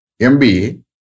MBA